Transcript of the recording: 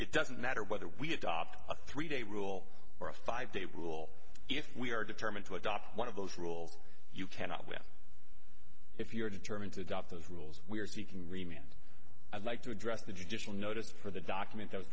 it doesn't matter whether we adopt a three day rule or a five day rule if we are determined to adopt one of those rules you cannot win if you're determined to adopt those rules we are seeking remain and i'd like to address the judicial notice for the document that was